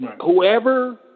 whoever